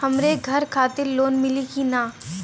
हमरे घर खातिर लोन मिली की ना?